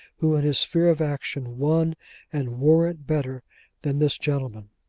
who, in his sphere of action, won and wore it better than this gentleman.